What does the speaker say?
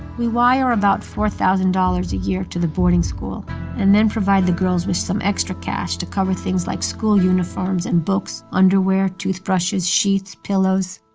we wire about four thousand dollars a year to the boarding school and then provide the girls with some extra cash to cover things like school uniforms and books, underwear, toothbrushes, sheets, pillows.